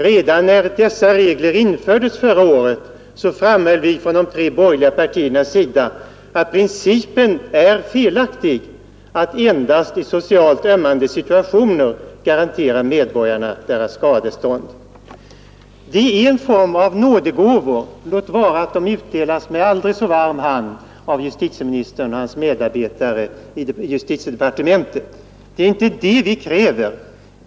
Redan när dessa regler infördes förra året framhöll vi från de tre borgerliga partiernas sida att det är en felaktig Nr 36 princip att man endast i socialt ömmande situationer garanterar Onsdagen den medborgarna deras skadestånd. Det är en form av nådegåvor — låt vara 8 mars 1972 att de utdelas med aldrig så varm hand av justitieministern och hans medarbetare i justitiedepartementet. Det är inte det vi kräver.